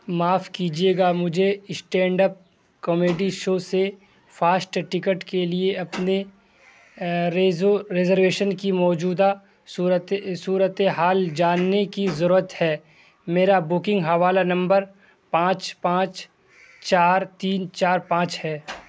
معاف کیجئے گا مجھے اسٹینڈ اپ کامیڈی شو سے فاسٹ ٹکٹ کے لیے اپنے ریزرویشن کی موجودہ صورت صورتحال جاننے کی ضرورت ہے میرا بکنگ حوالہ نمبر پانچ پانچ چار تین چار پانچ ہے